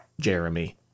Jeremy